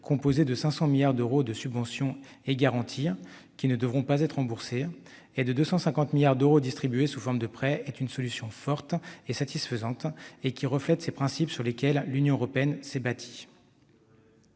composé de 500 milliards d'euros de subventions et de garanties qui ne devront pas être remboursés, ainsi que de 250 milliards d'euros distribués sous forme de prêts, est une solution forte et satisfaisante, qui reflète ces principes sur lesquels l'Union européenne s'est bâtie.